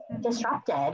disrupted